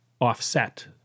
offset